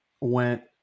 went